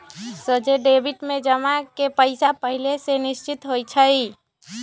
सोझे डेबिट में जमा के पइसा पहिले से निश्चित होइ छइ